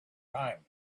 time